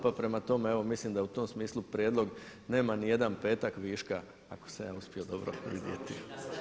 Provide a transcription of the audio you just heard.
Pa prema tome evo mislim da u tom smislu prijedlog nema nijedan petak viška ako sam ja uspio dobro izbrojiti.